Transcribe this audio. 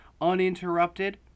uninterrupted